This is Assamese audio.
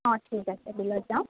অঁ ঠিক আছে বিলত যাওঁ